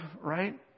Right